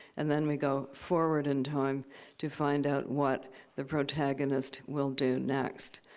and then we go forward in time to find out what the protagonist will do next.